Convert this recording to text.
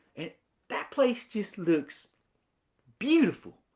that place just looks beautiful.